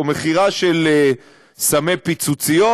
או מכירה של סמי פיצוציות,